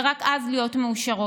ורק אז להיות מאושרות.